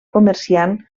comerciant